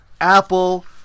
Apple